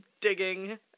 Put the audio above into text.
digging